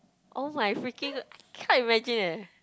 oh my freaking can't imagine leh